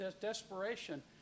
desperation